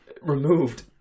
removed